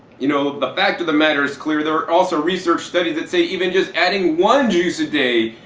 you know the fact of the matter is clear, there are also research studies that say even just adding one juice a day,